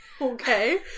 Okay